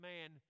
Man